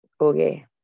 okay